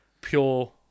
pure